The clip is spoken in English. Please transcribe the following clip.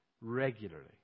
regularly